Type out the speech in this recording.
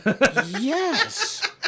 Yes